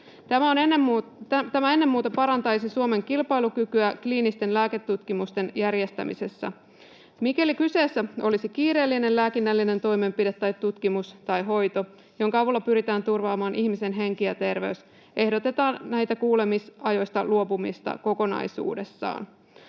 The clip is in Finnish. Tämä ennen muuta parantaisi Suomen kilpailukykyä kliinisten lääketutkimusten järjestämisessä. Mikäli kyseessä olisi kiireellinen lääkinnällinen toimenpide tai tutkimus tai hoito, jonka avulla pyritään turvaamaan ihmisen henki ja terveys, ehdotetaan näistä kuulemisajoista luopumista kokonaisuudessaan.